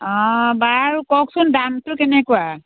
অঁ বাৰু কওকচোন দামটো কেনেকুৱা